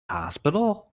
hospital